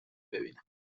بیینم